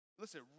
Listen